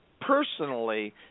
personally